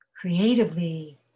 creatively